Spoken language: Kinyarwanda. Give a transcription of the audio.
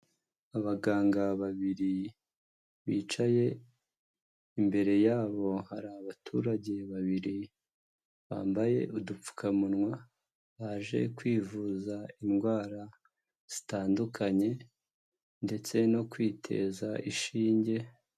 Abaganga babiri bicaye, imbere yabo hari abaturage babiri bambaye udupfukamunwa, baje kwivuza indwara zitandukanye ndetse no kwiteza inshinge.